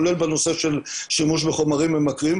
כולל בנושא של שימוש בחומרים ממכרים,